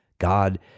god